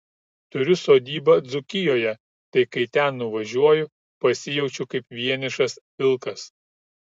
turiu sodybą dzūkijoje tai kai ten nuvažiuoju pasijaučiu kaip vienišas vilkas